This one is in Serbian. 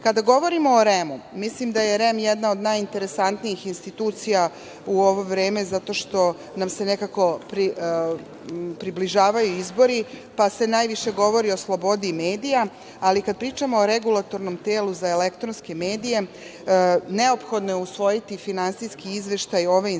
govorimo o REM-u, mislim da je REM jedna od najinteresantnijih institucija u ovo vreme, zato što nam se nekako približavaju izbori pa se najviše govori o slobodi medija, ali kad pričamo o Regulatornom telu za elektronske medije neophodno je usvojiti Finansijski izveštaj ove institucije